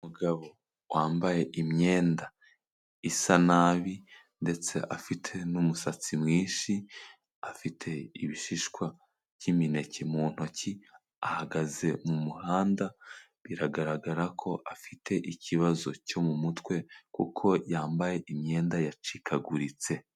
Umugabo wambaye imyenda isa nabi ndetse afite n'umusatsi mwinshi, afite ibishishwa by'imineke mu ntoki, ahagaze mu muhanda biragaragara ko afite ikibazo cyo mu mutwe, kuko yambaye imyenda yacikaguritse.